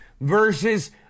verses